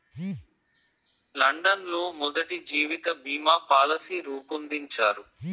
London లో మొదటి జీవిత బీమా పాలసీ రూపొందించారు